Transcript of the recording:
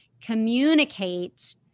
communicate